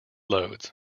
loads